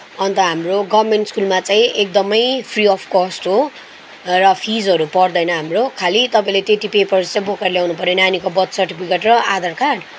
अन्त हाम्रो गभर्नमेन्ट स्कुलमा चाहिँ एकदमै फ्री अफ कस्ट हो र फिजहरू पर्दैन हाम्रो खालि तपाईँले त्यति पेपर्स चाहिँ बोकेर ल्याउनु पऱ्यो नानीको बर्थ सर्टिफिकेट र आधार कार्ड